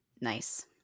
Nice